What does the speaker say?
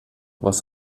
was